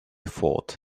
thought